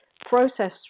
process